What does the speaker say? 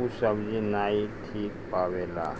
ऊ सब्जी नाइ टिक पावेला